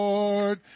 Lord